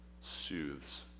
soothes